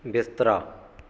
ਬਿਸਤਰਾ